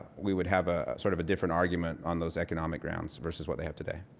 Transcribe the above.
we would have a sort of a different argument on those economic grounds versus what they have today.